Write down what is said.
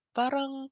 parang